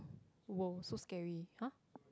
!woah! so scary !huh!